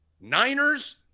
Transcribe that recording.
Niners